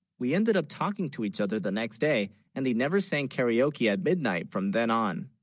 we ended up talking to each other the next, day and they never sang karaoke at midnight from then on?